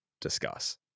discuss